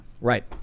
right